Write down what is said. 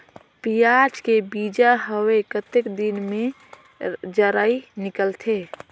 पियाज के बीजा हवे कतेक दिन मे जराई निकलथे?